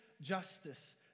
justice